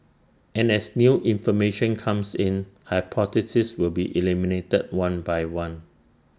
and as new information comes in hypotheses will be eliminated one by one